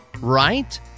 right